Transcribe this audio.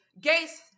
Gates